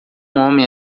homem